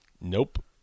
Nope